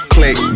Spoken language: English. Click